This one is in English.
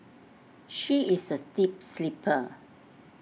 she is A deep sleeper